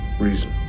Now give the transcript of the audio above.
reason